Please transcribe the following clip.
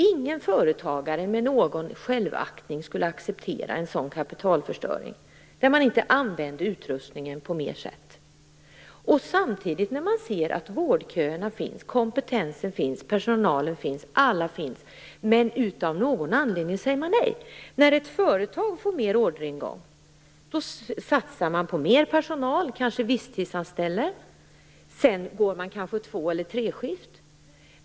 Ingen företagare med någon självaktning skulle acceptera en sådan kapitalförstöring, att inte på ett bättre sätt använda utrustningen. Samtidigt vet vi att vårdköerna finns och att kompetensen och personalen finns, men av någon anledning säger man nej. När ett företag får större orderingång, då satsar man på mer personal, man kanske visstidsanställer och personalen kanske går två eller treskift.